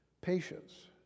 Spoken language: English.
Patience